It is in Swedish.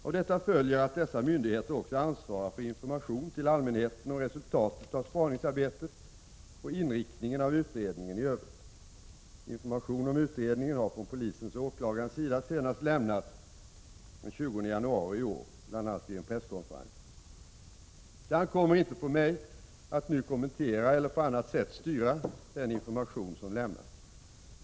Av detta följer att dessa myndigheter också ansvarar för information till allmänheten om resultatet av spaningsarbetet och inriktningen av utredningeniövrigt. Information om utredningen har från polisens och åklagarens sida senast lämnats bl.a. vid en presskonferens den 20 januari i år. Det ankommer inte på mig att nu kommentera eller på annat sätt styra den information som lämnas.